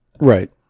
Right